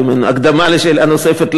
כמין הקדמה לשאלה נוספת,